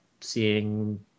seeing